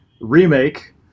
remake